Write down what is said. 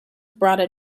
brought